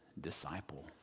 disciple